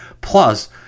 plus